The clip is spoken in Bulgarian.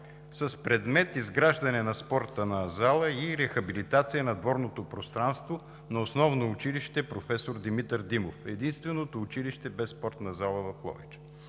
с предмет изграждане на спортна зала и рехабилитация на дворното пространство на Основно училище „Проф. Димитър Димов“– единственото училище без спортна зала в Ловеч.